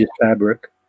fabric